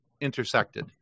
intersected